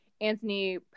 Anthony